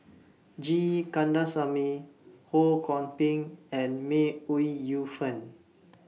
G Kandasamy Ho Kwon Ping and May Ooi Yu Fen